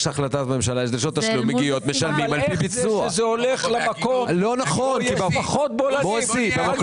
השאלה השנייה ששאלתי: רשום